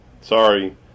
sorry